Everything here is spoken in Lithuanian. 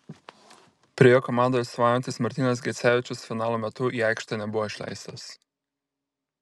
pirėjo komandai atstovaujantis martynas gecevičius finalo metu į aikštę nebuvo išleistas